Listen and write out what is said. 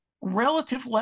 relative